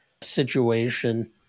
situation